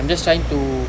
I'm just trying to